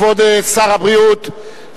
כבוד שר הבריאות,